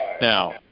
now